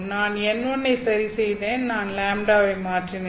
நான் n1 ஐ சரிசெய்தேன் நான் λ வை மாற்றினேன்